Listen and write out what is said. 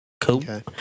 Cool